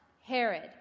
Herod